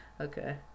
okay